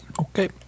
Okay